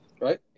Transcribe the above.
Right